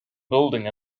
building